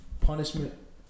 punishment